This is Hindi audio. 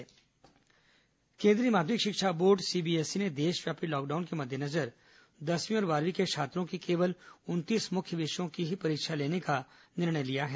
कोरोना सीबीएसई केन्द्रीय माध्यमिक शिक्षा बोर्ड सीबीएसई ने देशव्यापी लॉकडाउन के मद्देनजर दसवीं और बारहवीं के छात्रों की केवल उनतीस मुख्य विषयों की ही परीक्षा लेने का निर्णय लिया है